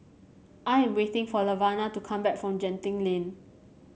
I am waiting for Laverna to come back from Genting Lane